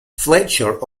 fletcher